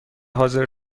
حاضر